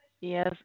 Yes